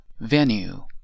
venue